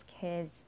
kids